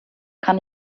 kann